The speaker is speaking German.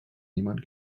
niemand